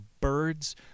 birds